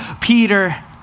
Peter